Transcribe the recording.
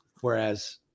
Whereas